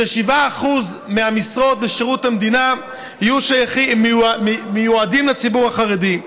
ש-7% מהמשרות בשירות המדינה יהיו מיועדות לציבור החרדי.